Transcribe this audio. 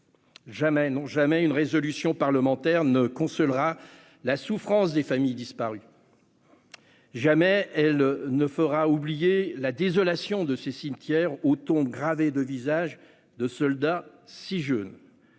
!» Non, jamais une résolution parlementaire ne consolera la souffrance des familles des disparus ! Jamais elle ne fera oublier la désolation des cimetières où les visages de soldats- si jeunes